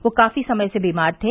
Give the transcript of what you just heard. वह काफी समय से बीमार थे